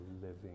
living